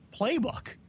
playbook